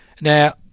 Now